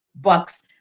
Bucks